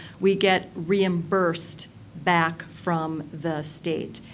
we get reimbursed back from the state.